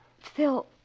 Phil